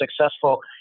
successful